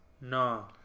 No